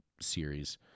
series